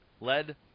led